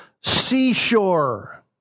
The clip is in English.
seashore